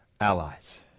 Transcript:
allies